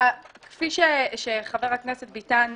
כפי שחבר הכנסת ביטן הסביר.